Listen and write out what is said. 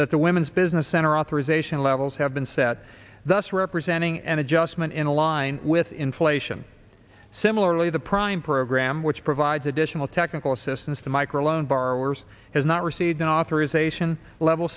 that the women's business center authorization levels have been set thus representing an adjustment in line with inflation similarly the prime program which provides additional technical assistance to micro loan borrowers has not received an authorization level